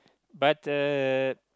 but uh